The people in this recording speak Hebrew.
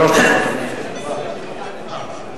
שלוש דקות, אדוני.